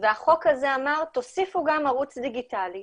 והחוק הזה אמר תוסיפו גם ערוץ דיגיטלי,